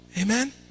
Amen